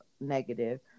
negative